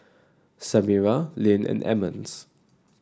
Samira Lynn and Emmons